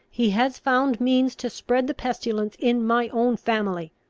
he has found means to spread the pestilence in my own family.